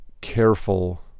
careful